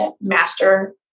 master